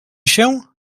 się